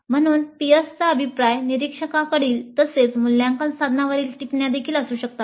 म्हणून पिअर्सचा अभिप्राय निरीक्षकांकडील तसेच मूल्यांकन साधनांवरील टिप्पण्या देखील असू शकतात